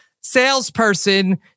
Salesperson